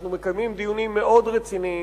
אנחנו מקיימים דיונים מאוד רציניים,